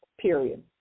period